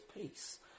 peace